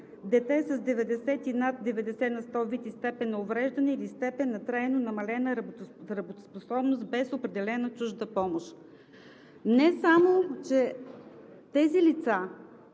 дете с 90 и над 90 на сто вид и степен на увреждане или степен на трайно намалена работоспособност, без определена чужда помощ.“ Не само че тези лица,